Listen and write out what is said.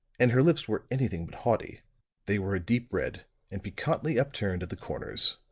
and her lips were anything but haughty they were a deep red and piquantly upturned at the corners.